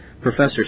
Professor